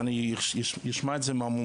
ואני אשמח את זה מהמומחים,